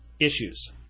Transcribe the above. issues